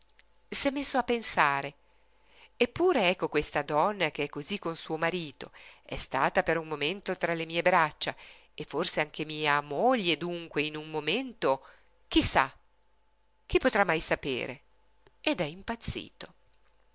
mondo s'è messo a pensare eppure ecco questa donna che è cosí con suo marito è stata per un momento tra le mie braccia e forse anche mia moglie dunque in un momento chi sa chi potrà mai sapere ed è impazzito